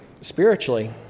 spiritually